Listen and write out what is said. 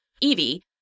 Evie